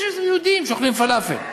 יהודים שאוכלים פלאפל.